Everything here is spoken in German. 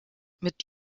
mit